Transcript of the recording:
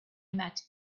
met